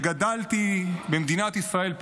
וגדלתי במדינת ישראל,